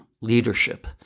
leadership